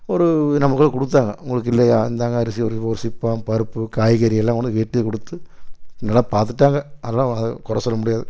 ஒரு நமக்குன்னு கொடுத்தாங்க உங்களுக்கு இல்லையா இந்தாங்க அரிசி ஒரு ஒரு சிப்பம் பருப்பு காய்கறியெல்லாம் கொண்டாந்து வெட்டி கொடுத்து நல்லா பாத்துகிட்டாங்க அதெல்லாம் குறை சொல்ல முடியாது